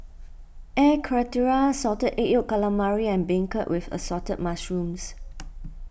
Air Karthira Salted Egg Yolk Calamari and Beancurd with Assorted Mushrooms